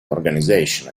organization